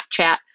Snapchat